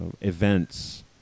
events